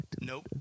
Nope